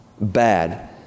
bad